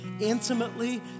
intimately